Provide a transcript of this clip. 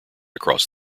across